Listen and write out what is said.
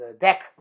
deck